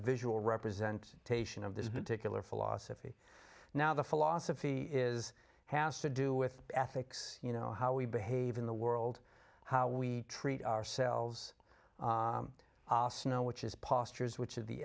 visual represent taishan of this particular philosophy now the philosophy is has to do with ethics you know how we behave in the world how we treat ourselves which is postures which of the